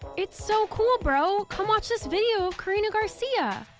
it's so cool, bro! come watch this video of karina garcia.